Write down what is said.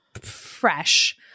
fresh